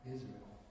Israel